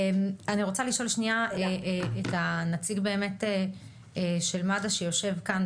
אני רוצה לשאול שנייה את הנציג באמת של מד"א שיושב כאן,